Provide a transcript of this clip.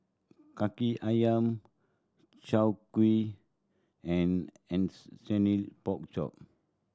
Kaki Ayam chao kuih and pork chop